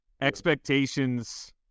expectations